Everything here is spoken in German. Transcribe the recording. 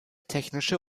technische